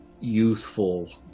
youthful